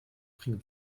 bring